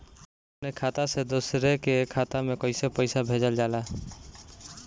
अपने खाता से दूसरे के खाता में कईसे पैसा भेजल जाला?